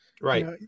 right